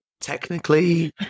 Technically